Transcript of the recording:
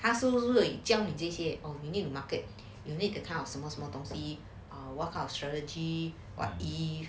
还是会教你这些 new market ah 什么什么东西 what our strategy while he